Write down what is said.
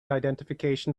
identification